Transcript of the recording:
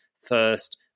first